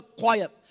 quiet